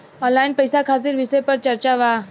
Online पैसा खातिर विषय पर चर्चा वा?